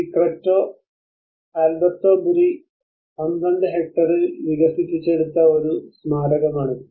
the Cretto Alberto Burri 12 ഹെക്ടറിൽ വികസിപ്പിച്ചെടുത്ത ഒരു സ്മാരകമാണ് ഇത്